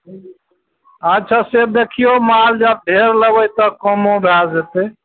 अच्छासँ देखियौ माल जब फेर लेबय तऽ कमो भए जेतय